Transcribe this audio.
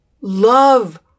love